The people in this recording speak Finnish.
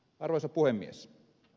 arvoisa puhemies